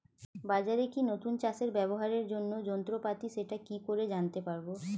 বাজারে কি নতুন চাষে ব্যবহারের জন্য যন্ত্রপাতি সেটা কি করে জানতে পারব?